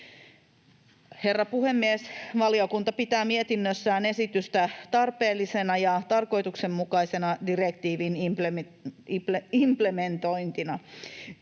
Herra puhemies! Valiokunta pitää mietinnössään esitystä tarpeellisena ja tarkoituksenmukaisena direktiivin implementointina.